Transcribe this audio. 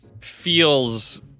feels